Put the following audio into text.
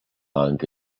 hung